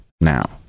now